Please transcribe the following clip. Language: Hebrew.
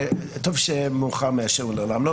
טוב שמאוחר מאשר לעולם לא.